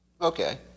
Okay